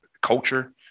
culture